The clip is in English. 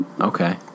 Okay